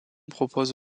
propose